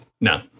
No